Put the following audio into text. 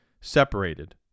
separated